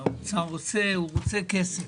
שהאוצר רוצה כסף.